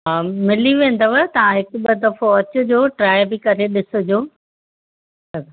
हा मिली वेंदव तव्हां हिकु ॿ दफ़ो अचिजो ट्राइ बि करे ॾिसिजो